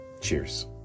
Cheers